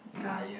yeah